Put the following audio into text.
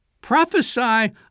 prophesy